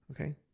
Okay